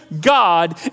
God